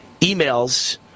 emails